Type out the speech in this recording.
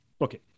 Okay